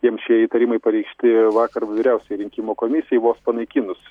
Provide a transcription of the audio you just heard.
jiems šie įtarimai pareikšti vakar vyriausiojai rinkimų komisijai vos panaikinus